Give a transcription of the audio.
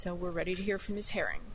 so we're ready to hear from his hearing